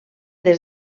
des